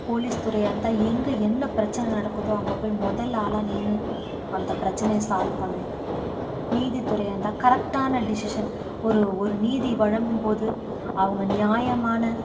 போலீஸ்துறையாக இருந்தால் எங்கே என்ன பிரச்சனை நடக்குதோ அங்கே போய் முதல் ஆளாக நின்று அந்த பிரச்சனையை சால்வ் பண்ணணும் நீதித்துறையாக இருந்தால் கரெக்டான டிசிஷன் ஒரு ஒரு நீதி வழங்கும்போது அவங்க நியாயமான